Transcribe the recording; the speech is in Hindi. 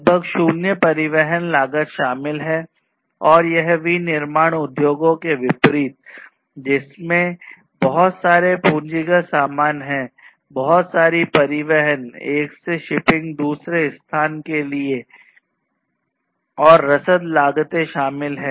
लगभग शून्य परिवहन लागत शामिल है और यह विनिर्माण उद्योगों के विपरीत है जिसमें बहुत सारे पूंजीगत सामान हैं बहुत सारी परिवहन एक से शिपिंग स्थान दूसरे के लिए और रसद लागतें शामिल हैं